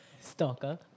Stalker